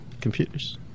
computers